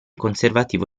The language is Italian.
conservativo